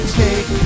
take